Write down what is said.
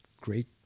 great